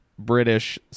British